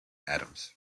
adams